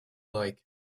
like